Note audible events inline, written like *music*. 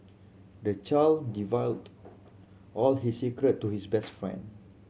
the child *unintelligible* all his secret to his best friend